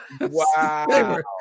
Wow